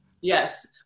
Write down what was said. Yes